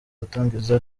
gutangiza